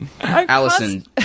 Allison